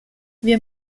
wir